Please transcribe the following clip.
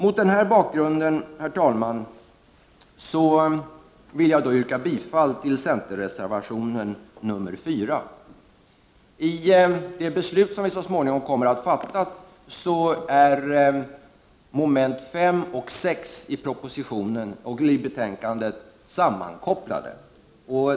Mot denna bakgrund, herr talman, vill jag yrka bifall till centerreservationen nr 4. I det beslut som vi så småningom kommer att fatta är momenten 5 och 6 i betänkandet sammankopplade.